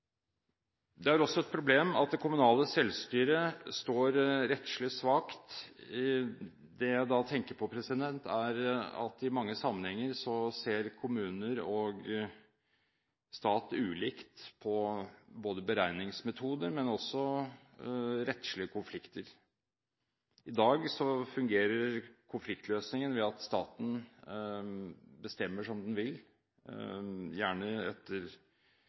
Det er også et problem at det kommunale selvstyret står rettslig svakt. Det jeg da tenker på, er at i mange sammenhenger ser kommuner og stat ulikt på både beregningsmetode og også rettslige konflikter. I dag fungerer konfliktløsningen slik at staten bestemmer som den vil, gjerne etter